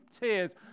tears